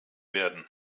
werden